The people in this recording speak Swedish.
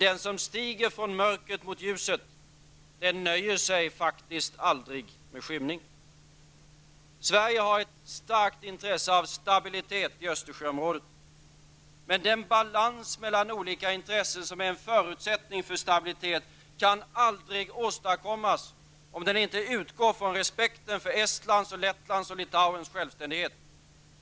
Den som stiger från mörkret mot ljuset nöjer sig faktiskt aldrig med skymning. Sverige har ett starkt intresse av stabilitet i Östersjöområdet. Men den balans mellan olika intressen som är en förutsättning för stabilitet kan aldrig åstadkommas om den inte utgår från respekten för Estlands, Lettlands och Litauens självständighet.